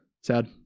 Sad